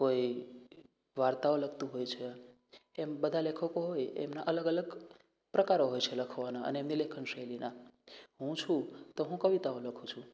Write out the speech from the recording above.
કોઈ વાર્તાઓ લખતું હોય છે એમ બધાં લેખકો હોય એમના અલગ અલગ પ્રકારો હોય છે લખવાના અને એમની લેખન શૈલીના હું છું તો હું કવિતાઓ લખું છું